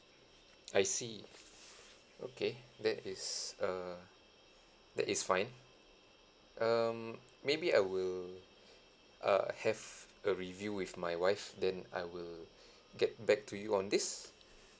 I see okay that is err that is fine um maybe I will uh have a review with my wife then I will get back to you on this